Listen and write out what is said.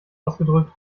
ausgedrückt